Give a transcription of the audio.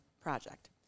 project